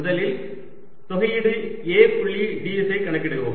முதலில் தொகையீடு A புள்ளி ds ஐ கணக்கிடுவோம்